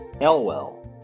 Elwell